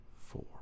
four